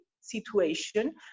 situation